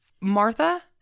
Martha